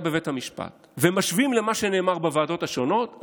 בבית המשפט ומשווים למה שנאמר בוועדות השונות,